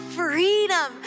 freedom